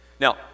Now